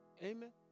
Amen